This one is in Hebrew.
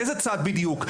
לאיזה צד בדיוק?